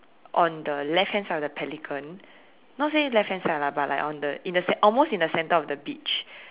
on the left hand side of the pelican not say left hand side lah but like on the in the almost in the center of the beach